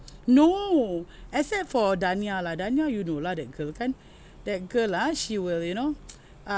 no except for danielle lah danielle you know lah that girl kan that girl lah she will you know uh